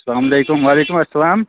سلام علیکُم وعلیکُم سلام